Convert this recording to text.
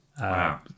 Wow